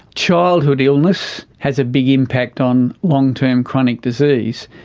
childhood illness has a big impact on long-term chronic disease,